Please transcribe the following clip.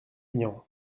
aignan